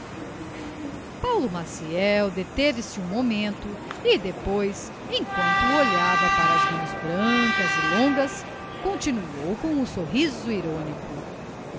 d'elles paulo maciel deteve-se um momento e depois emquanto olhava para as mãos brancas e longas continuou com um sorriso irónico